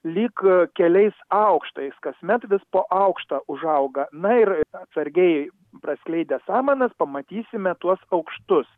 lyg keliais aukštais kasmet vis po aukštą užauga na ir atsargiai praskleidę samanas pamatysime tuos aukštus